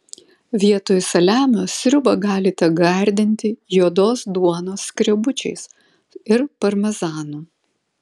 vietoj saliamio sriubą galite gardinti juodos duonos skrebučiais ir parmezanu